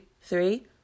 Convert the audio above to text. three